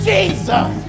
Jesus